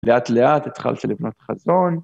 ‫לאט לאט התחלת לבנות חזון.